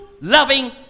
loving